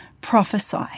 prophesy